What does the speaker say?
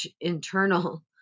internal